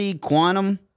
Quantum